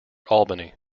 albany